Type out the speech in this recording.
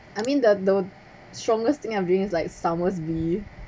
I mean the the strongest thing I'm doing is like somersby